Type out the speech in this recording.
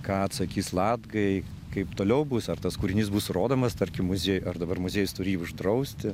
ką atsakys latgai kaip toliau bus ar tas kūrinys bus rodomas tarkim muziejuj ar dabar muziejus turi jį uždrausti